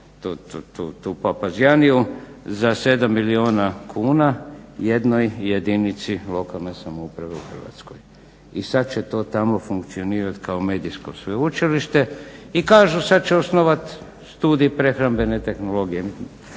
tu papazijaniju za 7 milijuna kuna jednoj jedinici lokalne samouprave u Hrvatskoj. I sada će to tamo funkcionirati kao Medijsko sveučilište. I kažu sada će osnovati Studij prehrambene tehnologije.